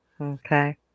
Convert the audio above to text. okay